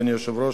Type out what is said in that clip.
אדוני היושב-ראש,